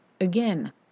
Again